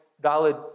valid